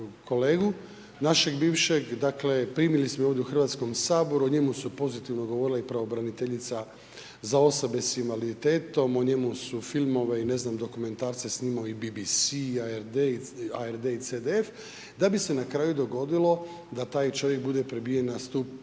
našeg bivšeg, dakle primili smo ovdje u Hrvatskom saboru, o njemu su pozitivno govorile i pravobraniteljica za osobe sa invaliditetom, o njemu su filmove i ne znam dokumentarce snimao i BBC, ARD i CDF da bi se na kraju dogodilo da taj čovjek bude pribijen na stup